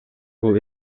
бул